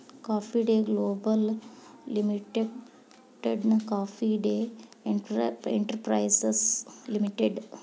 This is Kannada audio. ಕಾಫಿ ಡೇ ಗ್ಲೋಬಲ್ ಲಿಮಿಟೆಡ್ನ ಕಾಫಿ ಡೇ ಎಂಟರ್ಪ್ರೈಸಸ್ ಲಿಮಿಟೆಡ್